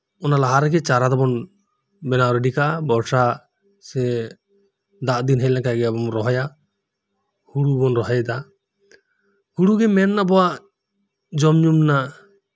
ᱚᱱᱟ ᱞᱟᱦᱟᱨᱮᱜᱮ ᱪᱟᱨᱟ ᱫᱚᱵᱩᱱ ᱵᱮᱱᱟᱣ ᱨᱮᱰᱤ ᱠᱟᱜ ᱟ ᱵᱚᱨᱥᱟ ᱥᱮ ᱫᱟᱜᱫᱤᱱ ᱦᱮᱡ ᱞᱮᱱᱠᱷᱟᱱᱜᱤ ᱟᱵᱩᱵᱩ ᱨᱚᱦᱚᱭᱟ ᱦᱩᱲᱩᱵᱩᱱ ᱨᱚᱦᱚᱭᱮᱫᱟ ᱦᱩᱲᱩᱜᱤ ᱢᱮᱱ ᱟᱵᱩᱣᱟᱜ ᱡᱚᱢ ᱧᱩ ᱨᱮᱱᱟᱜ